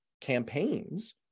campaigns